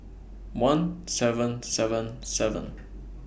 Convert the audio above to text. one seven seven seven